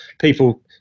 people